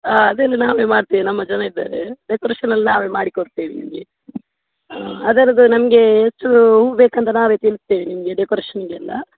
ಹಾಂ ಅದೆಲ್ಲ ನಾವೇ ಮಾಡ್ತೇವೆ ನಮ್ಮ ಜನ ಇದ್ದಾರೆ ಡೆಕೋರೇಷನೆಲ್ಲ ನಾವೇ ಮಾಡಿ ಕೊಡ್ತೇವೆ ನಿಮಗೆ ಅದರದ್ದು ನಮಗೆ ಎಷ್ಟು ಹೂ ಬೇಕಂತ ನಾವೇ ತಿಳಿಸ್ತೇವೆ ನಿಮಗೆ ಡೆಕೋರೇಷನ್ಗೆಲ್ಲ